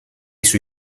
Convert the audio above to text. sui